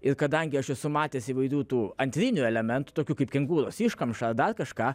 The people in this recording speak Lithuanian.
ir kadangi aš esu matęs įvairių tų antrinių elementų tokių kaip kengūros iškamšą ar dar kažką